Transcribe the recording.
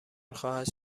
خواهد